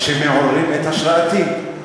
כן,